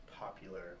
popular